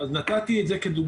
אז נתתי את זה כדוגמה.